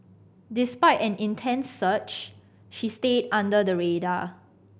despite an intense search she stayed under the radar